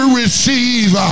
receive